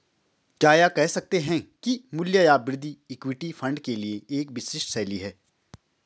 क्या यह कह सकते हैं कि मूल्य या वृद्धि इक्विटी फंड के लिए एक विशिष्ट शैली है?